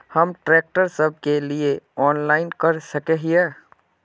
हम ट्रैक्टर सब के लिए ऑनलाइन कर सके हिये?